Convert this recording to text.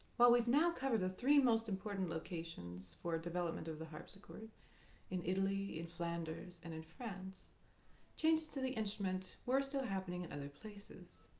while we've now covered the three most important locations for development of the harpsichord in italy, in flanders, and in france changes to the instrument were still happening in other places.